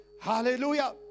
Hallelujah